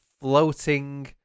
floating